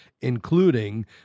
including